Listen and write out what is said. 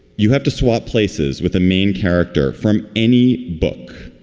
you have to swap places with the main character from any book.